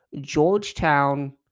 Georgetown